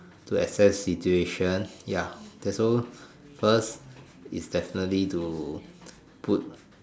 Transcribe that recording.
to assess situation ya so first is definitely to put